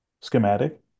schematic